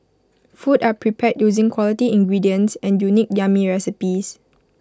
food are prepared using quality ingredients and unique yummy recipes